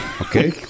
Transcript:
Okay